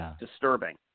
disturbing